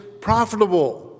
Profitable